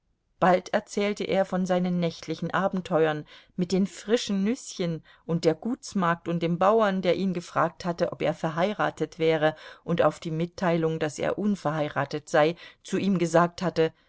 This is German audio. bald erzählte er von seinen nächtlichen abenteuern mit den frischen nüßchen und der gutsmagd und dem bauern der ihn gefragt hatte ob er verheiratet wäre und auf die mitteilung daß er unverheiratet sei zu ihm gesagt hatte